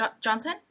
Johnson